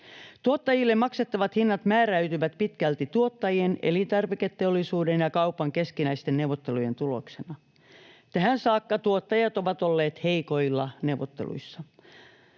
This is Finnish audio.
Tuottajille maksettavat hinnat määräytyvät pitkälti tuottajien, elintarviketeollisuuden ja kaupan keskinäisten neuvottelujen tuloksena. Tähän saakka tuottajat ovat olleet heikoilla neuvotteluissa.